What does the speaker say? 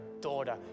daughter